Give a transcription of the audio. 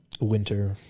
Winter